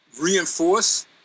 reinforce